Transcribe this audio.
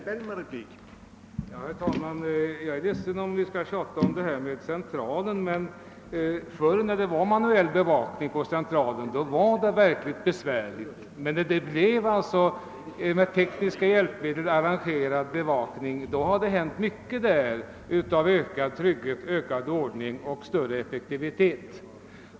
Herr talman! Jag är ledsen över att behöva tjata om Centralen, men förr när det enbart var personell bevakning var det verkligen besvärligt. Genom tekniska hjälpmedel har det hänt mycket i form av ökad trygghet och ökad ordning samt större effektivitet.